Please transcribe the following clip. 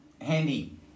handy